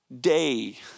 Day